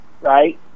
right